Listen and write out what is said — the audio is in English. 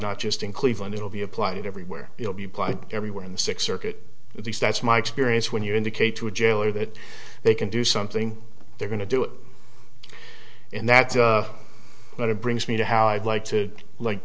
not just in cleveland it will be applied everywhere it will be applied everywhere in the six circuit at least that's my experience when you indicate to a jailer that they can do something they're going to do it and that's when it brings me to how i'd like to like